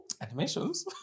animations